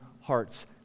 hearts